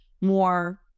more